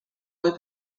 kui